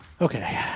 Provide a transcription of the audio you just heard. Okay